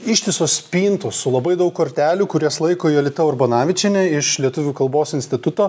ištisos spintos su labai daug kortelių kurias laiko jolita urbanavičienė iš lietuvių kalbos instituto